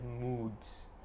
moods